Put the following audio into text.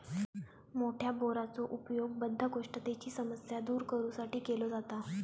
मोठ्या बोराचो उपयोग बद्धकोष्ठतेची समस्या दूर करू साठी केलो जाता